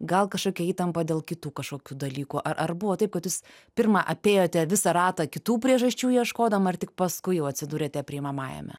gal kažkokia įtampa dėl kitų kažkokių dalykų a ar buvo taip kad jūs pirma apėjote visą ratą kitų priežasčių ieškodama ir tik paskui jau atsidūrėte priimamajame